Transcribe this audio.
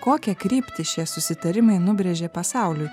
kokią kryptį šie susitarimai nubrėžė pasauliui